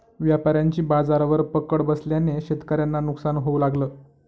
व्यापाऱ्यांची बाजारावर पकड बसल्याने शेतकऱ्यांना नुकसान होऊ लागलं